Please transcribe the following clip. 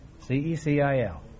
C-E-C-I-L